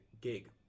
gig